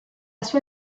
sua